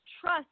trust